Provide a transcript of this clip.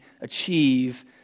achieve